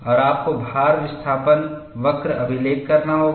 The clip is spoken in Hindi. और आपको भार विस्थापन वक्र अभिलेख करना होगा